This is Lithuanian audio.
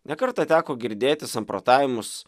ne kartą teko girdėti samprotavimus